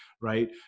right